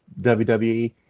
wwe